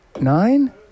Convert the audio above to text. nine